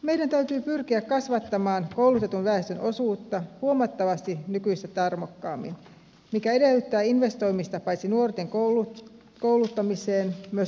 meidän täytyy pyrkiä kasvattamaan koulutetun väestön osuutta huomattavasti nykyistä tarmokkaammin mikä edellyttää investoimista paitsi nuorten kouluttamiseen myös aikuiskoulutukseen